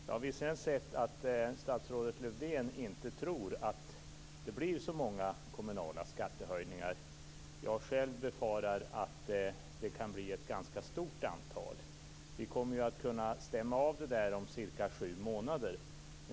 Så har vi sett att statsrådet Lövdén inte tror att det blir så många kommunalskattehöjningar. Jag själv befarar att det kan bli ett ganska stort antal. Vi kommer att kunna stämma av detta om cirka sju månader.